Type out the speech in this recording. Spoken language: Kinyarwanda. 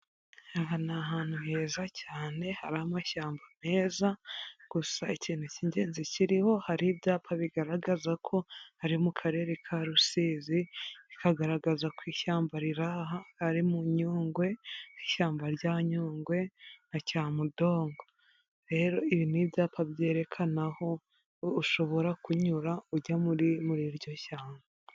Aha ni ahantu heza cyane, hari amashyamba meza, gusa ikintu cy'ingenzi kiriho, hari ibyapa bigaragaza ko hari mu karere ka Rusizi, bikagaragaza ko ishyamba riri aha ari mu Nyungwe, ishyamba rya Nyungwe na Cyamudongo, rero ibintu n' ibyapa byerekana aho ushobora kunyura ujya muri muri iryo shyamba.